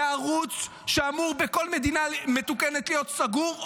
זה ערוץ שאמור בכל מדינה מתוקנת להיות סגור,